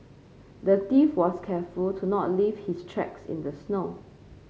the thief was careful to not leave his tracks in the snow